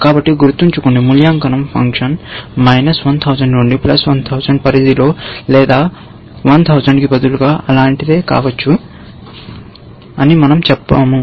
కాబట్టి గుర్తుంచుకోండి మూల్యాంకనం ఫంక్షన్ నుండి 1000 పరిధిలో లేదా 1000 కి బదులుగా అలాంటిదే కావచ్చు అని మనం చెప్పాము